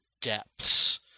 depths